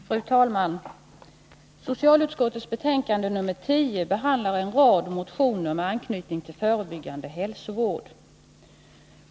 Fru talman! Socialutskottets betänkande nr 10 behandlar en rad motioner med anknytning till förebyggande hälsovård.